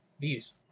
views